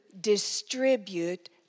distribute